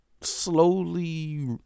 slowly